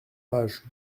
page